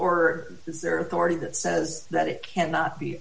or deserve already that says that it cannot be